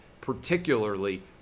particularly